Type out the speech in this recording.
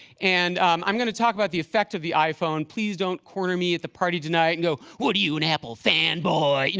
and i'm going to talk about the effect of the iphone. please don't corner me at the party tonight and go, what are you? an apple fan boy? you